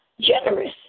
generous